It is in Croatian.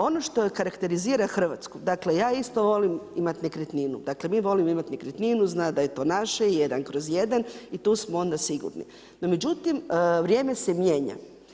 Ono što karakterizira Hrvatsku, dakle ja isto volim imati nekretninu, dakle mi volimo imati nekretninu zna da je to naše jedan kroz jedan i tu smo onda sigurni, no međutim vrijeme se mijenja.